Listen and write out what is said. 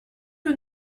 que